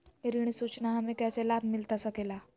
ऋण सूचना हमें कैसे लाभ मिलता सके ला?